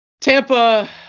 Tampa